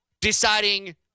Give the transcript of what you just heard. deciding